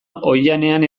oihanean